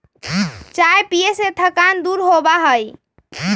चाय पीये से थकान दूर होबा हई